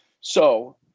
So-